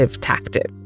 tactic